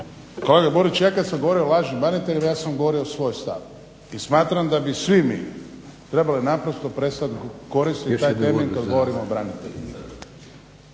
Kolega Burić, ja kad sam govorio o lažnim braniteljima ja sam govorio svoj stav. I smatram da bi svi mi trebali naprosto prestat koristit taj termin kad govorimo o braniteljima,